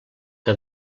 que